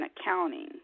accounting